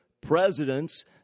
presidents